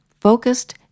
focused